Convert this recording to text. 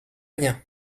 rien